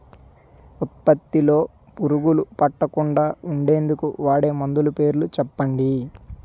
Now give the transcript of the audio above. ఉత్పత్తి లొ పురుగులు పట్టకుండా ఉండేందుకు వాడే మందులు పేర్లు చెప్పండీ?